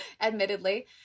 admittedly